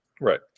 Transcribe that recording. Right